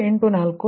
0 0